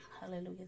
hallelujah